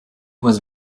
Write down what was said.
was